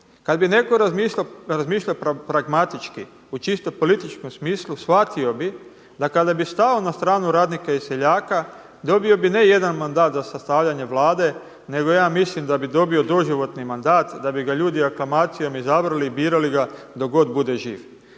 kad bi netko razmišljao pragmatički u čisto političkom smislu shvatio bi, da kada bi stao na stranu radnika i seljaka dobio bi ne jedan mandat za sastavljanje Vlade, nego ja mislim da bi dobio doživotni mandat, da bi ga ljudi aklamacijom izabrali i birali ga dok god bude živ.